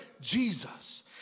Jesus